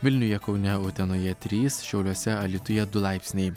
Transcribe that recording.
vilniuje kaune utenoje trys šiauliuose alytuje du laipsniai